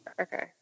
Okay